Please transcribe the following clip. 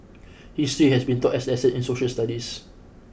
history has been taught as lessons in social studies